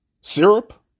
Syrup